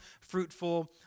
fruitful